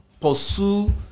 pursue